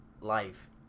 life